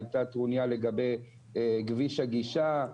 היתה טרוניה לגבי כביש הגישה,